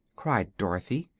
cried dorothy.